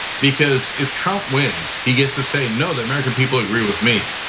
because if trump wins, he gets to say no, the american people agree with me.